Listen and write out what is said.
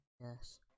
yes